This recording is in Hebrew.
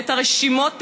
ואת הרשימות,